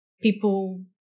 People